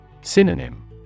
Synonym